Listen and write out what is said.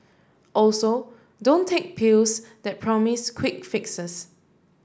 also don't take pills that promise quick fixes